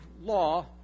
law